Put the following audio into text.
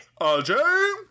RJ